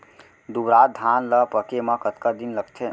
दुबराज धान ला पके मा कतका दिन लगथे?